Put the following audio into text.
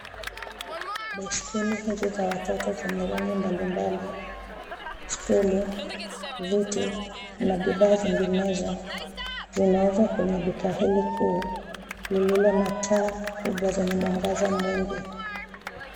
Baiskeli hizi za watoto zenye rangi mbalimbali, stuli, viti na bidhaa zinginezo zinauzwa kwenye duka hili kuu lililo na taa kubwa zenye mwangaza mwingi.